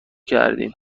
کردیم